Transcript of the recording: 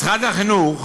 משרד החינוך,